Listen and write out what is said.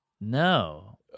No